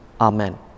Amen